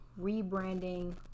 rebranding